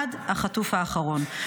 עד החטוף האחרון.